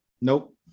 Nope